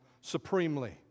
supremely